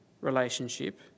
relationship